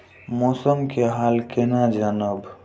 मौसम के हाल केना जानब?